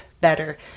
better